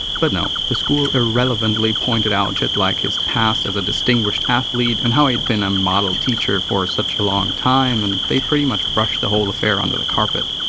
but no the school irrelevantly pointed out shit like his past as a distinguished athlete and how he'd been a model teacher for such a long time and they pretty much brushed the whole affair under the carpet.